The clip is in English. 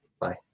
Bye